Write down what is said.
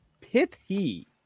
pithy